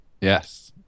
Yes